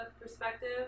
perspective